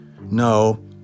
no